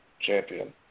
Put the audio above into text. champion